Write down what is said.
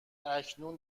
اکنون